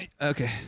okay